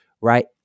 right